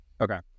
Okay